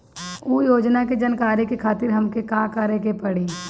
उ योजना के जानकारी के खातिर हमके का करे के पड़ी?